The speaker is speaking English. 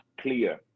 clear